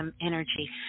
energy